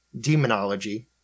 Demonology